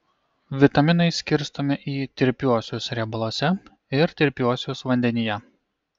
vitaminai skirstomi į tirpiuosius riebaluose ir tirpiuosius vandenyje